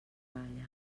balla